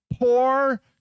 poor